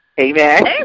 Amen